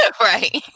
Right